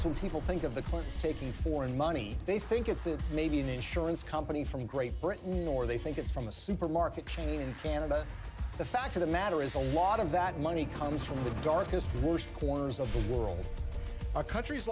some people think of the clintons taking foreign money they think it's it may be an insurance company from great britain or they think it's from a supermarket chain in canada the fact of the matter is a lot of that money comes from the darkest worst corners of the world are countries